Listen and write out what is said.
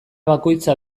bakoitza